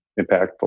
impactful